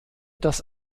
dass